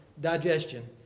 digestion